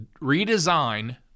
redesign